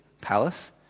palace